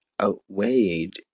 outweighed